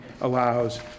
allows